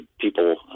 people